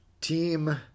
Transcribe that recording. Team